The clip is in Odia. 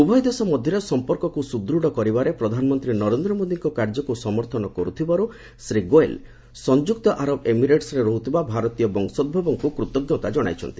ଉଭୟ ଦେଶ ମଧ୍ୟରେ ସମ୍ପର୍କକୁ ସୁଦୃତ କରିବାରେ ପ୍ରଧାନମନ୍ତ୍ରୀ ନରେନ୍ଦ୍ରମୋଦିଙ୍କ କାର୍ଯ୍ୟକୁ ସମର୍ଥନ କରିଥିବାରୁ ଶ୍ରୀ ଗୋଏଲ ସଂଯୁକ୍ତ ଆରବ ଏମିରେଟସ୍ରେ ରହୁଥିବା ଭାରତୀୟ ବଂଶୋଭବକୁ କୃତଜ୍ଞତା ଜଣାଇଛନ୍ତି